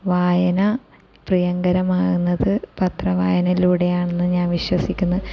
വായന പ്രിയങ്കരമാകുന്നത് പത്രവായനയിലൂടെയാണെന്ന് ഞാൻ വിശ്വസിക്കുന്നു